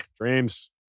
dreams